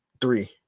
three